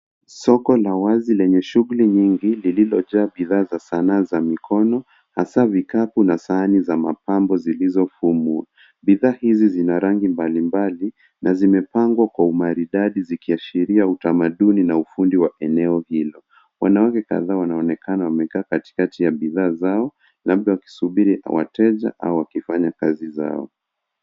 Soko la wazi lenye shughuli nyingi lililojaa bidha za sanaa za mikono hasa vikapu na sahani za mapambo zilizo fumu. Bidhaa hizi zinarangi mbalimbali na zimepangwa kwa umaridadi zikiashiria utamaduni na ufundi wa eneo hilo. Wanawake kadhaa wanaonekana wamekaa katikati ya bidhaa zao labda wakisubiri wateja au wakifanya kazi zao.